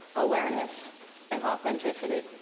awareness and authenticity.